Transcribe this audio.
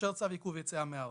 מאשר צו עיכוב יציאה מן הארץ.